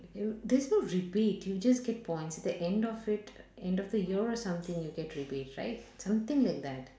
you there's no rebate you just get points at end of it end of the year or something you get rebate right something like that